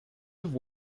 have